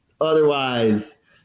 Otherwise